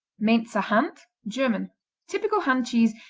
mainzer hand german typical hand cheese,